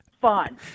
fun